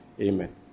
Amen